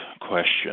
question